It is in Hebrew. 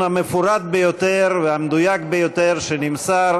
המפורט ביותר והמדויק ביותר שנמסר.